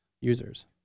users